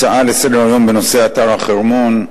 הצעה לסדר-היום בנושא אתר החרמון,